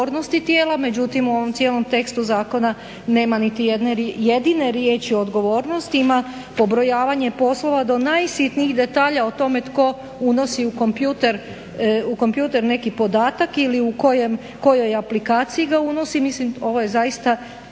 međutim u ovom cijelom tekstu zakona nema nitijedne jedine riječi odgovornosti, ima pobrojavanje poslova do najsitnijih detalja o tome tko unosi u kompjuter neki podatak ili u kojoj aplikaciji ga unosi. Mislim ovo je zaista